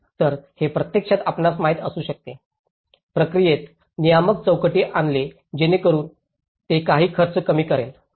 तर हे प्रत्यक्षात आपल्यास माहित असू शकते प्रक्रियेत नियामक चौकट आणले जेणेकरून ते काही खर्च कमी करेल